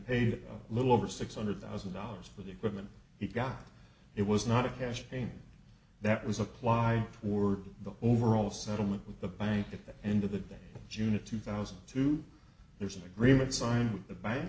paid a little over six hundred thousand dollars for the equipment he got it was not a cash payment that was acquired or the overall settlement with the bank at the end of the day june of two thousand and two there's an agreement signed with the bank